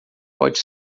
pode